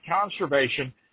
conservation